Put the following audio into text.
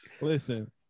listen